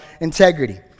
integrity